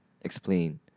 explain